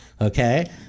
Okay